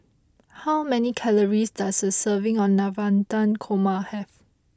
how many calories does a serving of Navratan Korma have